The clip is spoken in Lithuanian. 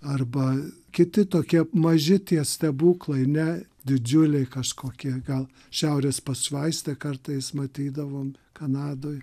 arba kiti tokie maži tie stebuklai ne didžiuliai kažkokie gal šiaurės pašvaistė kartais matydavom kanadoj